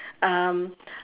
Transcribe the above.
um